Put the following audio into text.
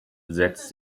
setzt